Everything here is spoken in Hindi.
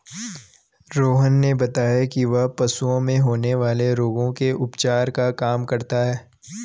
रोहन ने बताया कि वह पशुओं में होने वाले रोगों के उपचार का काम करता है